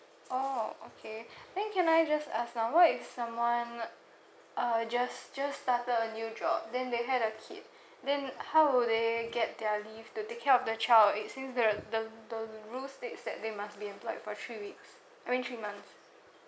oh okay then can I just ask ah what if someone ah just just started a new job then they had a kid then how would they get their leave to take care of the child it since the the the rules states that they must be employed for three weeks I mean three months